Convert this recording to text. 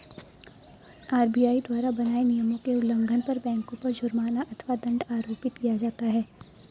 RBI द्वारा बनाए नियमों के उल्लंघन पर बैंकों पर जुर्माना अथवा दंड आरोपित किया जाता है